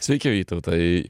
sveiki vytautai